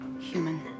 human